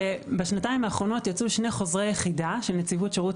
שבשנתיים האחרונות יצאו שני חוזרי יחידה של נציבות שירות